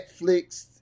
Netflix